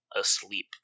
asleep